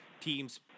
teams